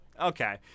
Okay